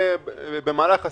במהלך הסבב,